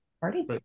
Party